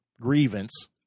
grievance